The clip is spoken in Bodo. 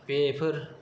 बेफोर